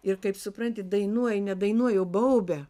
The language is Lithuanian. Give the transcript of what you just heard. ir kaip supranti dainuoja nedainuoja o baubia